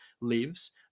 lives